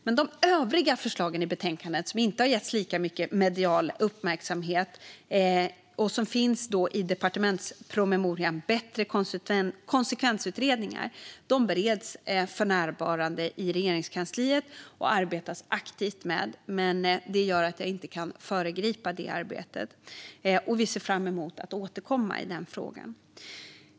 Men de övriga förslagen i betänkandet som inte har getts lika mycket medial uppmärksamhet och som finns i departementspromemorian Bättre konsekvensutredningar bereds för närvarande i Regeringskansliet, och det arbetas aktivt med dem. Det gör att jag inte kan föregripa det arbetet. Vi ser fram emot att återkomma i den frågan.